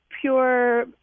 pure